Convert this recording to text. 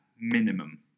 minimum